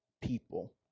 people